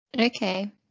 Okay